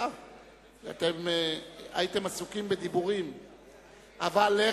צו תעריף המכס והפטורים ומס